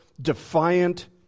defiant